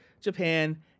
Japan